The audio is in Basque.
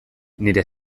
nire